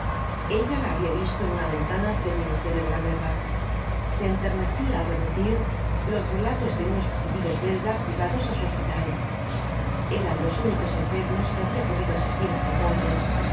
ella la había visto en una ventana del ministerio de la guerra se enternecía al repetir los relatos de unos fugitivos belgas llegados á su hospital eran los únicos enfermos que había podido asistir hasta entonces